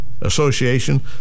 association